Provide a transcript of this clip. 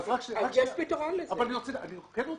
אם שחררנו,